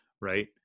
right